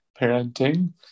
parenting